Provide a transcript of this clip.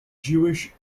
jewish